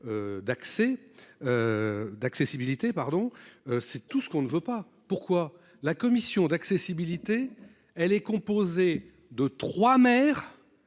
D'accès. D'accessibilité pardon c'est tout ce qu'on ne veut pas pourquoi la commission d'accessibilité. Elle est composée de 3 maires.